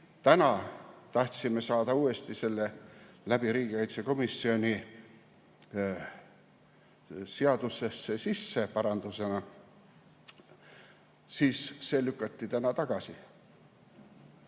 me tahtsime saada uuesti selle läbi riigikaitsekomisjoni seadusesse sisse parandusena, siis see lükati tagasi.